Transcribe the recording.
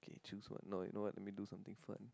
okay choose one no wait know what let me do something fun